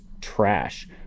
trash